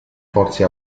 forze